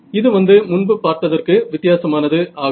இது வந்து முன்பு பார்த்ததற்கு வித்தியாசமானது ஆகும்